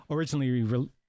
Originally